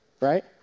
right